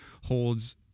holds